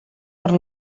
per